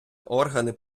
органи